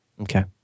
Okay